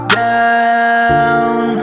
down